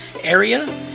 area